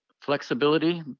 flexibility